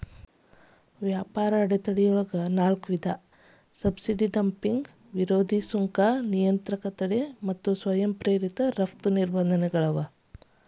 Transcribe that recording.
ವ್ಯಾಪಾರ ಅಡೆತಡೆಗಳೊಳಗ ನಾಕ್ ವಿಧ ಸಬ್ಸಿಡಿ ಡಂಪಿಂಗ್ ವಿರೋಧಿ ಸುಂಕ ನಿಯಂತ್ರಕ ತಡೆ ಮತ್ತ ಸ್ವಯಂ ಪ್ರೇರಿತ ರಫ್ತು ನಿರ್ಬಂಧಗಳು